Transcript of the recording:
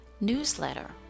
newsletter